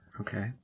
Okay